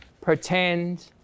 pretend